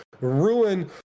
ruin